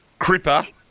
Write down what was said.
Cripper